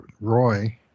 Roy